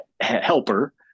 helper